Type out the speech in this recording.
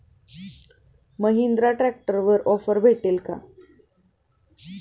महिंद्रा ट्रॅक्टरवर ऑफर भेटेल का?